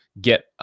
get